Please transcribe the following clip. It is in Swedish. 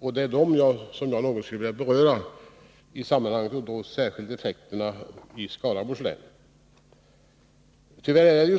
har. Det är dem som jag något skulle vilja beröra, och då särskilt effekterna i Skaraborgs län.